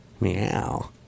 Meow